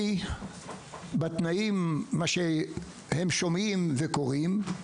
בתנאים שהם שומעים וקוראים עליהם,